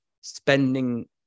spending